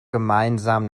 gemeinsam